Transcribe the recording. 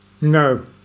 No